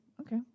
Okay